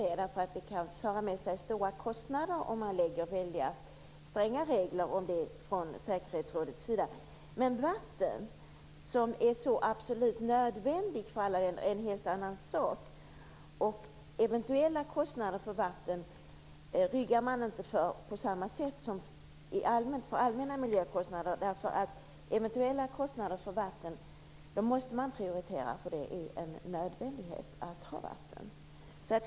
Det kan föra med sig stora kostnader om man lägger fast väldigt stränga regler från säkerhetsrådets sida. Vatten, som är så absolut nödvändigt, är en helt annan sak. Eventuella kostnader för vatten ryggar man inte för på samma sätt som man gör för allmänna miljökostnader. Eventuella kostnader för vatten måste man prioritera, för det är nödvändigt att ha vatten.